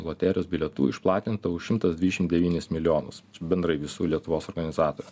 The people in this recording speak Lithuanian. loterijos bilietų išplatinta už šimtas dvidešim devynis milijonus bendrai visų lietuvos organizatorių